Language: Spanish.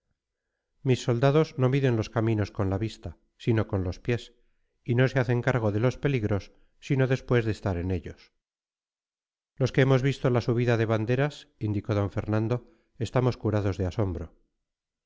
mis soldados no miden los caminos con la vista sino con los pies y no se hacen cargo de los peligros sino después de estar en ellos los que hemos visto la subida de banderas indicó d fernando estamos curados de asombro